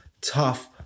tough